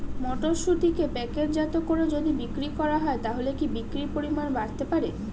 মটরশুটিকে প্যাকেটজাত করে যদি বিক্রি করা হয় তাহলে কি বিক্রি পরিমাণ বাড়তে পারে?